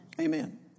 Amen